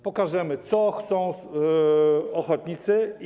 Pokażemy, co chcą ochotnicy.